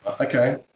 Okay